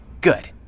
Good